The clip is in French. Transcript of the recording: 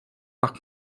par